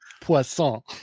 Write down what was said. poisson